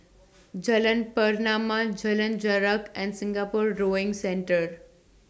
Jalan Pernama Jalan Jarak and Singapore Rowing Centre